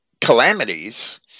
calamities